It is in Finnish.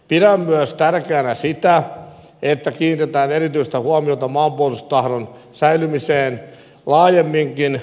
pidän myös tärkeänä sitä että kiinnitetään erityistä huomiota maanpuolustustahdon säilymiseen laajemminkin